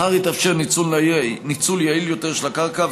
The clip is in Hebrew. בכך יתאפשר ניצול יעיל יותר של הקרקע,